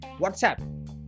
WhatsApp